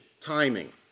timing